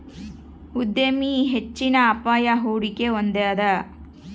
ಉದ್ಯಮಿ ಹೆಚ್ಚಿನ ಅಪಾಯ, ಹೂಡಿಕೆ ಹೊಂದಿದ